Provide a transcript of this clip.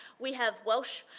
we have welsh.